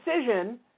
decision